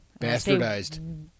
Bastardized